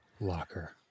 locker